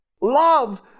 Love